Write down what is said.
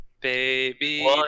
Baby